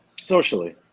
Socially